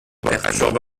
perturbe